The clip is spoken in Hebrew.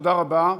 תודה רבה.